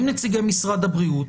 עם נציגי משרד הבריאות,